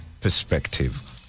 perspective